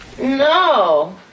no